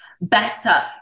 better